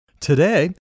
today